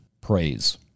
praise